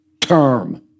term